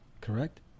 correct